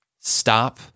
stop